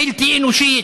בלתי אנושית,